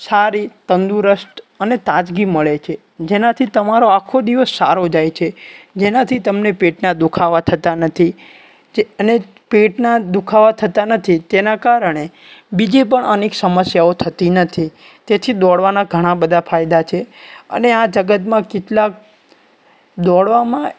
સારી તંદુરસ્ત અને તાજગી મળે છે જેનાથી તમારો આખો દિવસ સારો જાય છે જેનાથી તમને પેટના દુખાવા થતા નથી જે અને પેટના દુખાવા થતા નથી તેનાં કારણે બીજી પણ અનેક સમસ્યાઓ થતી નથી તેથી દોડવાના ઘણા બધા ફાયદા છે અને આ જગતમાં કેટલાક દોડવામાં